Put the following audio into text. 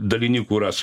daliny kur aš